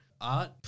Art